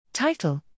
Title